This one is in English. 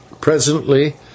Presently